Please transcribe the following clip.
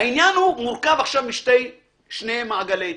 מורכב עכשיו משני מעגלי התייחסות.